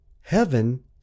Heaven